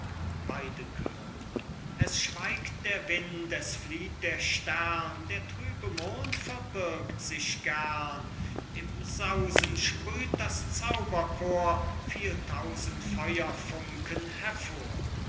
chöre es schweigt der wind es flieht der stern der trübe mond verbirgt sich gern im sausen sprüht das zauberchor viel tausend feuerfunken hervor